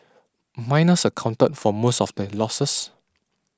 miners accounted for most of the losses